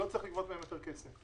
לא צריך לגבות מהם יותר כסף.